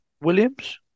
Williams